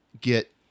get